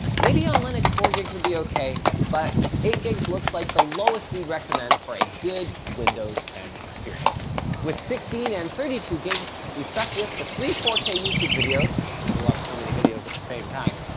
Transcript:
maybe on linux, four gigs would be okay, but eight gigs looks like the lowest we'd recommend for a good windows ten experience. with sixteen and thirty two gigs, we stuck with the three four k youtube videos, you can only watch so many videos at the same time,